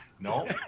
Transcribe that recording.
No